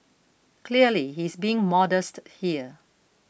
clearly he's being modest here